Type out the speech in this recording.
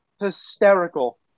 hysterical